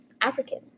african